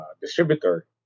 distributor